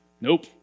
Nope